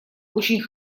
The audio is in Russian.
очень